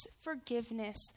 forgiveness